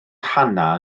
hannah